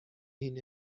این